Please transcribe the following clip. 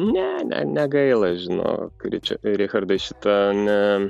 ne ne negaila žinok ričar richardai šita ne